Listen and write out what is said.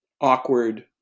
awkward